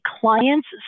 client's